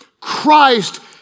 Christ